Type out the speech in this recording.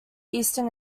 eastern